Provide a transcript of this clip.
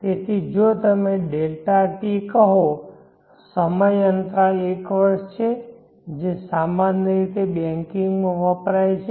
તેથી જો તમે Δt કહો સમય અંતરાલ 1 વર્ષ છે જે સામાન્ય રીતે બેંકિંગમાં વપરાય છે